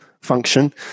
function